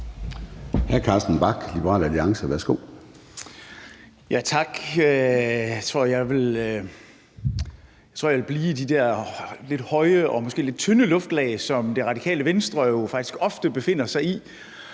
Hr. Carsten Bach, Liberal Alliance, værsgo. Kl. 10:59 Carsten Bach (LA): Tak. Jeg tror, jeg vil blive i de der lidt høje og måske lidt tynde luftlag, som Radikale Venstre og jo faktisk ofte befinder sig i,